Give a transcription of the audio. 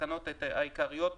התקנות העיקריות),